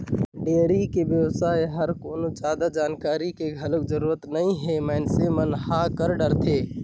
dairy के बेवसाय बर कोनो जादा जानकारी के घलोक जरूरत नइ हे मइनसे मन ह कर डरथे